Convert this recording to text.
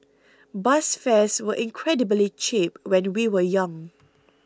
bus fares were incredibly cheap when we were young